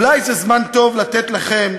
אולי זה זמן טוב לתת לכם,